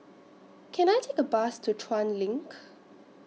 Can I Take A Bus to Chuan LINK